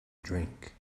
drink